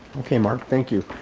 okay, mark, thank you.